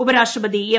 ഉപരാഷ്ട്രപതി എം